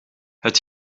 het